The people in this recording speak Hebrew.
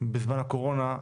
בזמן הקורונה,